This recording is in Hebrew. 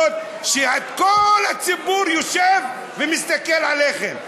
וכל הציבור יושב ומסתכל עליכם.